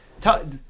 tell